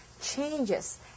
changes